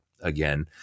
again